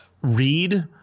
read